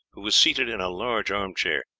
who was seated in a large arm-chair.